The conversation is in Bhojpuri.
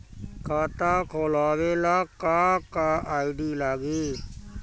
खाता खोलाबे ला का का आइडी लागी?